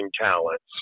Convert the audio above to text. talents